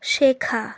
শেখা